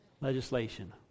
Legislation